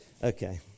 Okay